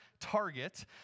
Target